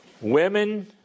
women